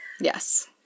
Yes